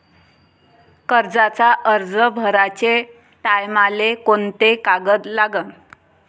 कर्जाचा अर्ज भराचे टायमाले कोंते कागद लागन?